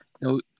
No